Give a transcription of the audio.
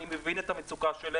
אני מבין את המצוקה שלהם,